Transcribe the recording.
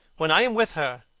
when i am with her,